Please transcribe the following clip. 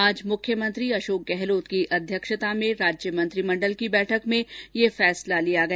आज मुख्यमंत्री अशोक गहलोत की अध्यक्षता में राज्य मंत्रिमण्डल की बैठक में ये फैसला लिया गया